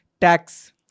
tax